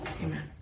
Amen